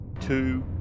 two